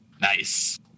Nice